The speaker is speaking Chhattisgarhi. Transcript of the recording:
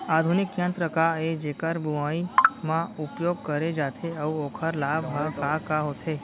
आधुनिक यंत्र का ए जेकर बुवाई म उपयोग करे जाथे अऊ ओखर लाभ ह का का होथे?